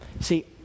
See